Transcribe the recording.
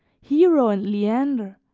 hero and leander,